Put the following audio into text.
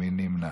מי נמנע?